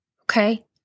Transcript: okay